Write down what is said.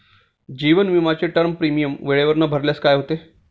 जीवन विमाचे term premium वेळेवर न भरल्यास काय होते?